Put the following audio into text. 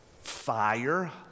fire